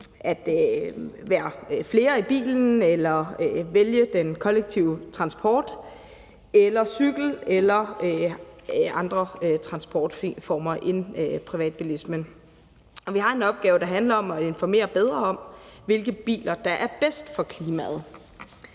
at være flere i bilen, vælge den kollektive transport eller cykle eller bruge andre transportformer end privatbilismen. Vi har en opgave, der handler om at informere bedre om, hvilke biler der er bedst for klimaet.